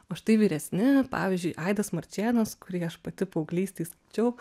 o štai vyresni pavyzdžiui aidas marčėnas kurį aš pati paauglystėj skaičiau